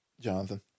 Jonathan